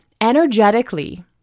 energetically